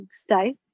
stay